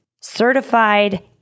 certified